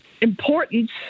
importance